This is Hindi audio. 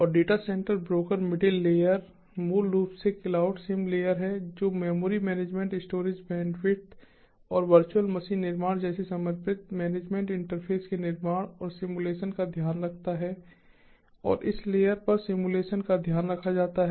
और data centre broker middle layer मूल रूप से क्लाउडसिम लेयर है जो मेमोरी मैनेजमेंट स्टोरेज बैंडविड्थ और वर्चुअल मशीन निर्माण जैसे समर्पित मैनेजमेंट इंटरफेस के निर्माण और सिम्युलेशन का ध्यान रखता है और इस लेयर पर सिम्युलेशन का ध्यान रखा जाता है